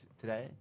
today